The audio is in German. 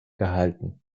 gehalten